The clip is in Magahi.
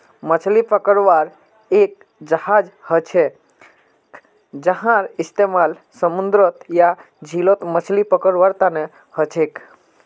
मछली पकड़वार एक जहाज हछेक जहार इस्तेमाल समूंदरत या झीलत मछली पकड़वार तने हछेक